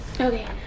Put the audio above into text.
Okay